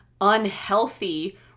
unhealthy